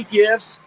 gifts